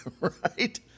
right